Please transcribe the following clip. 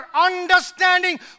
understanding